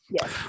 Yes